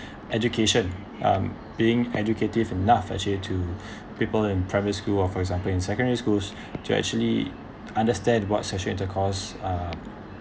education um being educative enough actually to people in primary school or for example in secondary schools to actually understand what sexual intercourse um